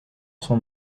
son